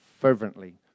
fervently